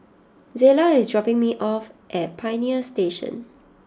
Zela is dropping me off at Pioneer Station